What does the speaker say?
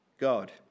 god